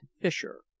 Fisher